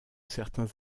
certains